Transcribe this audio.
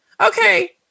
Okay